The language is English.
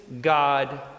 God